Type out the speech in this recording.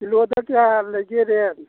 ꯀꯤꯂꯣꯗ ꯀꯌꯥ ꯂꯩꯒꯦ ꯔꯦꯠ